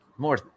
More